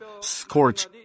scorch